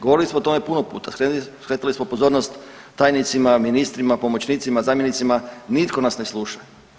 Govorili smo o tome puno puta, skretali smo pozornost tajnicima, ministrima, pomoćnicima, zamjenicima, nitko nas ne sluša.